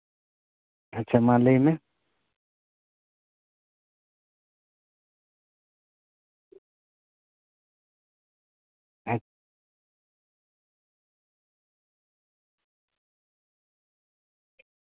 ᱟᱪᱪᱷᱟ ᱢᱟ ᱞᱟᱹᱭ ᱢᱮ ᱦᱮᱸ